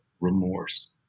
remorse